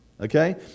Okay